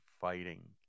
fighting